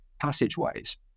passageways